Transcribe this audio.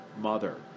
mother